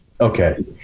okay